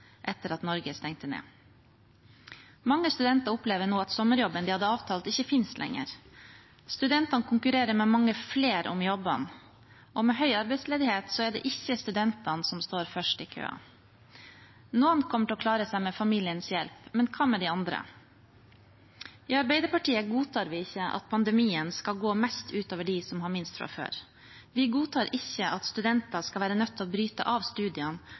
etter at Norge stengte ned. Mange studenter opplever nå at sommerjobben de hadde avtalt, ikke finnes lenger. Studentene konkurrerer med mange flere om jobbene, og med høy arbeidsledighet er det ikke studentene som står først i køen. Noen kommer til å klare seg med familiens hjelp, men hva med de andre? I Arbeiderpartiet godtar vi ikke at pandemien skal gå mest ut over dem som har minst fra før. Vi godtar ikke at studenter skal være nødt til å bryte av studiene